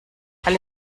alle